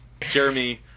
Jeremy